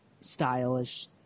stylish